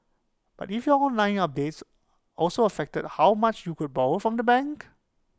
but if your online updates also affected how much you could borrow from the bank